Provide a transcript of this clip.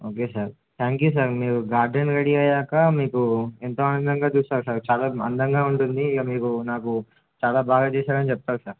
okay sir thank you sir మీరు garden ready అయ్యాక మీకు ఎంతో ఆందంగా చూస్తాారు సార్ చాలా అందంగా ఉంటుంది ఇగ మీరు నాకు చాలా బాగా చేశాారని చెప్పతాారు సార్